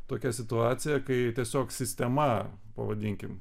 tokia situacija kai tiesiog sistema pavadinkim